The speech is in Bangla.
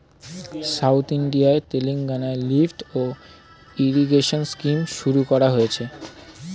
সাউথ ইন্ডিয়ার তেলেঙ্গানায় লিফ্ট ইরিগেশন স্কিম শুরু করা হয়েছে